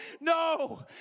No